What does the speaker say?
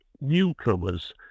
newcomers